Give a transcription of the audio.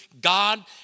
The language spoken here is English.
God